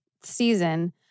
season